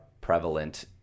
prevalent